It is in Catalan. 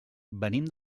venim